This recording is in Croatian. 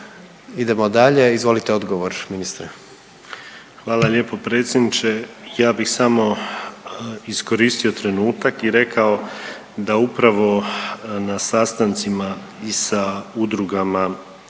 Idemo dalje, izvolite odgovor ministre. **Piletić, Marin (HDZ)** Hvala lijepo predsjedniče. Ja bih samo iskoristio trenutak i rekao da upravo na sastancima i sa udrugama